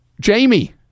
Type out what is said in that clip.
jamie